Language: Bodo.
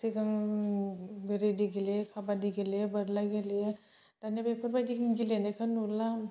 सिगां रेदि गेलेयो काबादि गेलेयो बोरला गेलेयो दानिया बेफोरबायदिखौनो गेलेनायखौनो नुला